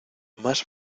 más